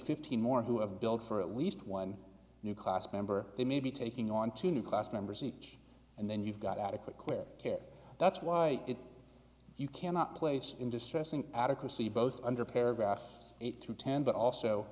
fifteen more who have billed for at least one new class member they may be taking on two new class members each and then you've got adequate queer care that's why you cannot place in distressing adequacy both under paragraph eight to ten but also